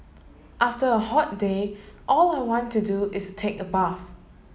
after a hot day all I want to do is take a bath